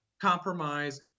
compromise